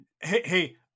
hey